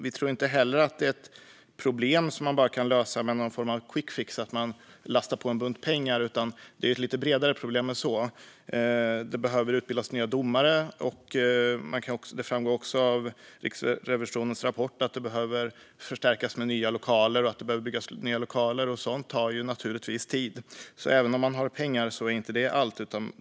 Vi tror inte heller att det är ett problem som man bara kan lösa genom någon form av quickfix genom att föra över en bunt pengar. Det är ett lite bredare problem än så. Det behöver utbildas nya domare. Det framgår också av Riksrevisionens rapport att det behövs nya lokaler, och sådant tar naturligtvis tid. Så även om man har pengar är inte det allt.